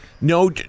no